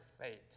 fate